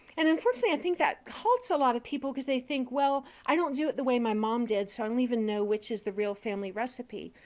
and, unfortunately, i think that halts a lot of people because they think, well, i don't do it the way my mom did, so i don't even know which is the real family recipe.